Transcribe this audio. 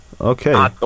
Okay